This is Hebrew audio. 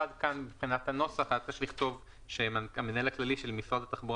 מבחינת הנוסח היה צריך לכתוב שהמנהל הכללי של משרד התחבורה